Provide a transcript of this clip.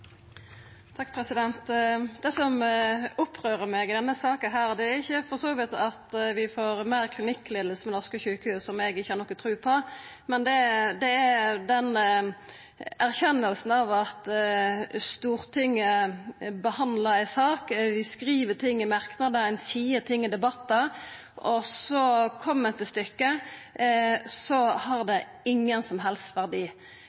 for så vidt ikkje at vi får meir klinikkleiing ved norske sjukehus, som eg ikkje har noka tru på, det er erkjenninga av at Stortinget behandlar ei sak – vi skriv ting i merknader, ein seier ting i debattar – og når det kjem til stykket, så har det ingen som helst verdi.